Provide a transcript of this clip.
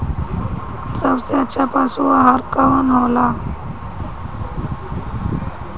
सबसे अच्छा पशु आहार कवन हो ला?